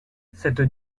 cette